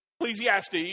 Ecclesiastes